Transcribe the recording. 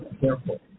careful